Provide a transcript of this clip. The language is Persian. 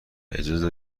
اجازه